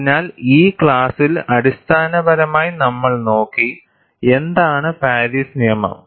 അതിനാൽ ഈ ക്ലാസ്സിൽ അടിസ്ഥാനപരമായി നമ്മൾ നോക്കി എന്താണ് പാരീസ് നിയമം